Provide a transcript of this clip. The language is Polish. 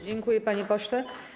Dziękuję, panie pośle.